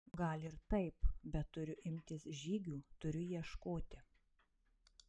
gal ir taip bet turiu imtis žygių turiu ieškoti